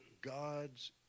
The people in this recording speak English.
God's